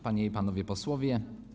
Panie i Panowie Posłowie!